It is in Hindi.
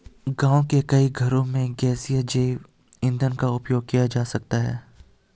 गाँव के कई घरों में गैसीय जैव ईंधन का उपयोग किया जा रहा है